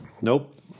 Nope